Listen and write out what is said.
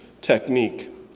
technique